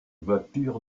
voiture